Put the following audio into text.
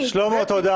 שלמה, תודה.